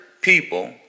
people